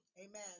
amen